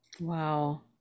Wow